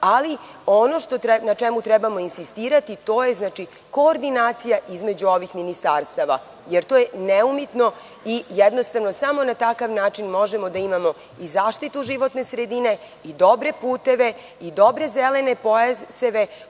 ali ono na čemu trebamo insistirati to je koordinacija između ovih ministarstava, jer to je neumitno i jednostavno samo na takav način možemo da imamo i zaštitu životne sredine i dobre puteve i dobre zelene pojaseve,